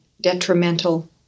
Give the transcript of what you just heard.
detrimental